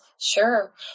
Sure